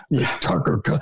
Tucker